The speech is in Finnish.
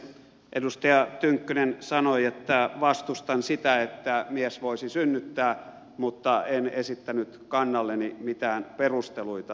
edustaja tynkkynen sanoi että vastustan sitä että mies voisi synnyttää mutta en esittänyt kannalleni mitään perusteluita